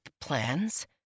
plans